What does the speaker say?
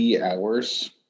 hours